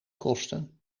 kosten